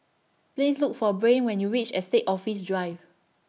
Please Look For Brain when YOU REACH Estate Office Drive